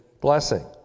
blessing